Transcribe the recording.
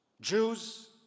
Jews